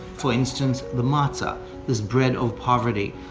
for instance, the matzah is bread of poverty,